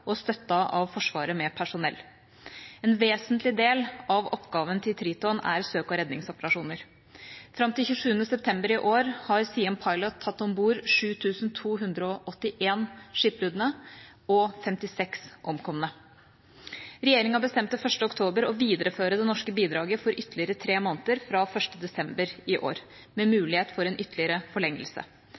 og støttet av Forsvaret med personell. En vesentlig del av oppgaven til Triton er søk og redningsoperasjoner. Fram til 27. september i år har Siem Pilot tatt om bord 7 281 skipbrudne og 56 omkomne. Regjeringa bestemte den 1. oktober å videreføre det norske bidraget i ytterligere tre måneder fra 1. desember i år, med mulighet for en ytterligere forlengelse.